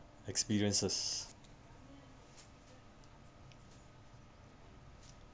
experiences